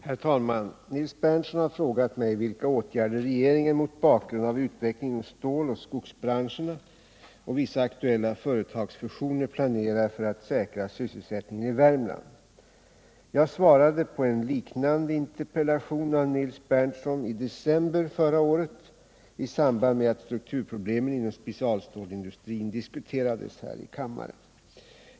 Herr talman! Nils Berndtson har frågat mig vilka åtgärder regeringen mot bakgrund av utvecklingen inom ståloch skogsbranscherna och vissa aktuella företagsfusioner planerar för att säkra sysselsättningen i Värmland. Jag svarade på en liknande interpellation av Nils Berndtson i december förra året i samband med att strukturproblemen inom specialstålindustrin diskuterades här i kammaren.